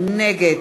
נגד